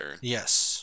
Yes